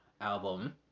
album